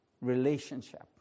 relationship